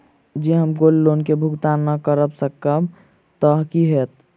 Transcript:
जँ हम gold loan केँ भुगतान न करऽ सकबै तऽ की होत?